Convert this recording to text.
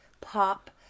pop